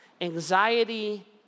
anxiety